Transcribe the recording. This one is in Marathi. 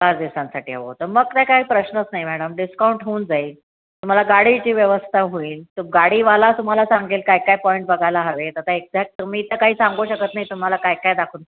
पाच दिवसांसाठी हवं होतं मग तर काय प्रश्नच नाही मॅडम डिस्काउंट होऊन जाईल तुम्हाला गाडीची व्यवस्था होईल तर गाडीवाला तुम्हाला सांगेल काय काय पॉईंट बघायला हवे आहेत आता एक्झाॅट तुम्ही तर काही सांगू शकत नाही तुम्हाला काय काय दाखवून